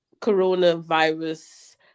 coronavirus